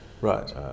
right